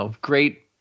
great